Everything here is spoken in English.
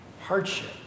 hardship